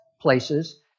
places